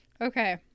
Okay